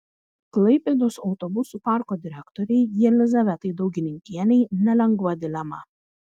klaipėdos autobusų parko direktorei jelizavetai daugininkienei nelengva dilema